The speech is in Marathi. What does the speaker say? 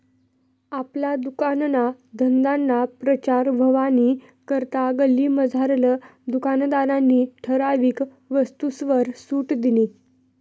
आपला दुकानना धंदाना प्रचार व्हवानी करता गल्लीमझारला दुकानदारनी ठराविक वस्तूसवर सुट दिनी